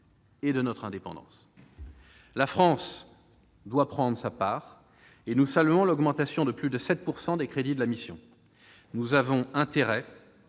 et de notre indépendance. La France doit prendre sa part, et nous saluons l'augmentation de plus de 7 % des crédits de la mission. Nous avons intérêt,